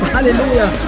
Hallelujah